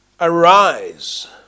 Arise